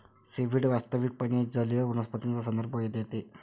seaweed वास्तविकपणे जलीय वनस्पतींचा संदर्भ देते